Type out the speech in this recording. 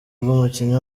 umukinnyi